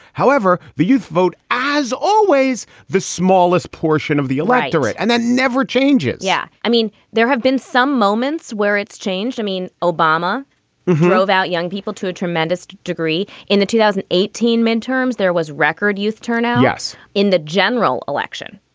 however, the youth vote, as always, the smallest portion of the electorate and then never changes. yeah i mean, there have been some moments where it's changed. i mean, obama drove out young people to a tremendous degree in the two thousand and eighteen midterms. there was record youth turnout. yes. in the general election.